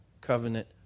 covenant